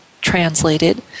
translated